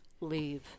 leave